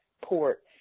port